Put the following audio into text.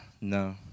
No